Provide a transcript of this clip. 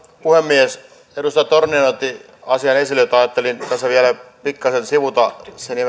puhemies edustaja torniainen otti esille asian jota ajattelin tässä vielä pikkasen sivuta